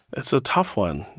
that's a tough one.